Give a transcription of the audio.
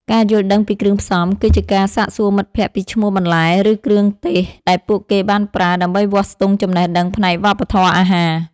ការយល់ដឹងពីគ្រឿងផ្សំ គឺជាការសាកសួរមិត្តភក្តិពីឈ្មោះបន្លែ ឬគ្រឿងទេសដែលពួកគេបានប្រើ ដើម្បីវាស់ស្ទង់ចំណេះដឹងផ្នែកវប្បធម៌អាហារ។